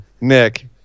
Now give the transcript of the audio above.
Nick